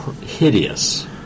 hideous